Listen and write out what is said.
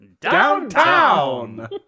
downtown